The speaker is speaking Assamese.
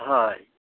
হয়